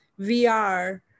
VR